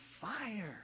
fire